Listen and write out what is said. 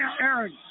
Aaron